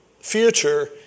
future